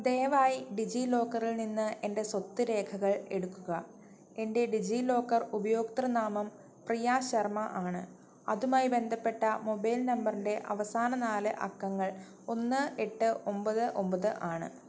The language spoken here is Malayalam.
ദയവായി ഡിജിലോക്കറിൽ നിന്ന് എൻ്റെ സ്വത്ത് രേഖകൾ എടുക്കുക എൻ്റെ ഡിജിലോക്കർ ഉപയോക്തൃനാമം പ്രിയ ശർമ്മ ആണ് അതുമായി ബന്ധപ്പെട്ട മൊബൈൽ നമ്പറിൻ്റെ അവസാന നാല് അക്കങ്ങൾ ഒന്ന് എട്ട് ഒൻപത് ഒൻപത് ആണ്